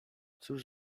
cóż